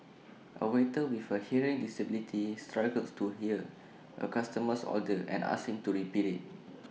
A waiter with A hearing disability struggles to hear A customer's order and asks him to repeat IT